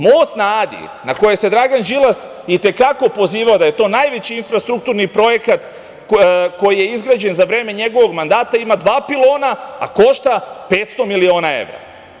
Mosta na Adi na koji se Dragan Đilas i te kako pozivao, da je to najveći infrastrukturni projekat koji je izgrađen za vreme njegovog mandata, ima dva pilona, a košta 500 miliona evra.